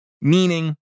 meaning